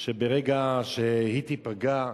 שברגע שהיא תיפגע,